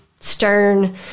Stern